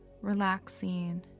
relaxing